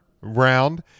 round